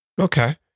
Okay